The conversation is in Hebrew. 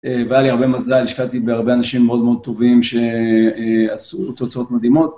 והיה לי הרבה מזל, השקעתי בהרבה אנשים מאוד מאוד טובים שעשו תוצאות מדהימות.